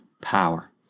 power